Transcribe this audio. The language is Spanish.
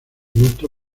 gusto